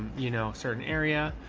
you know, certain area, ah,